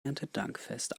erntedankfest